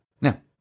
Now